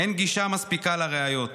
אין גישה מספיקה לראיות.